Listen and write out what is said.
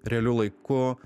realiu laiku